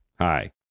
Hi